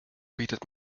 bietet